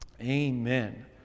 amen